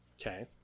Okay